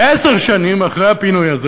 עשר שנים אחרי הפינוי הזה